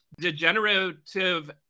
degenerative